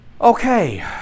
Okay